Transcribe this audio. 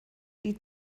die